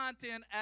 content